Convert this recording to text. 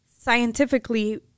scientifically